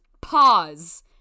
pause